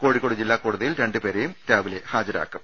കോഴിക്കോട് ജില്ലാ കോടതിയിൽ രണ്ടുപേരെയും ഹാജ രാക്കും